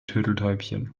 turteltäubchen